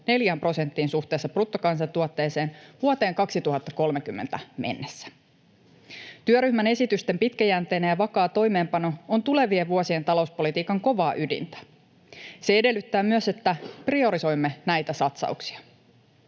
neljään prosenttiin suhteessa bruttokansantuotteeseen vuoteen 2030 mennessä. Työryhmän esitysten pitkäjänteinen ja vakaa toimeenpano on tulevien vuosien talouspolitiikan kovaa ydintä. Se edellyttää myös, että priorisoimme näitä satsauksia.